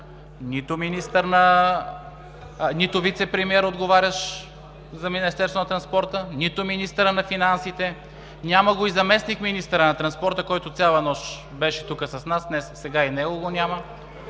нито вицепремиер, отговарящ за Министерството на транспорта, нито министъра на финансите, няма го и заместник-министъра на транспорта, който цяла нощ беше тук с нас, сега и него го няма.